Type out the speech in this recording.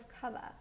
cover